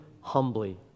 humbly